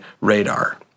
radar